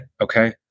Okay